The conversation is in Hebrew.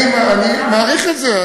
אני מעריך את זה.